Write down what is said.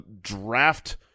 draft